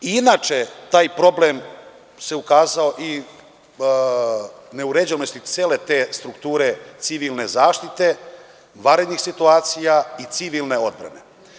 Inače, taj problem se ukazao i neuređenosti cele te strukture civilne zaštite, vanrednih situacija i civilne odbrane.